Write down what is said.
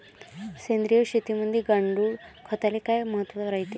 सेंद्रिय शेतीमंदी गांडूळखताले काय महत्त्व रायते?